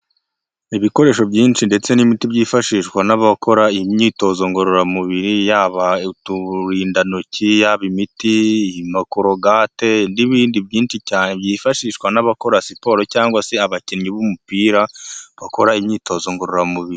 Ibikoresho byinshi ndetse n'imiti byifashishwa n'abakora imyitozo ngororamubiri, yaba uturindantoki, yaba imiti, amakorogate n'ibindi byinshi cyane, byifashishwa n'abakora siporo cyangwa se abakinnyi b'umupira, bakora imyitozo ngororamubiri.